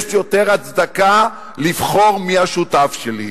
יש יותר הצדקה לבחור מי השותף שלי,